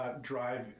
Drive